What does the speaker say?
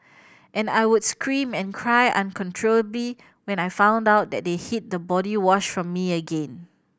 and I would scream and cry uncontrollably when I found out that they hid the body wash from me again